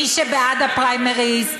מי שבעד הפריימריז,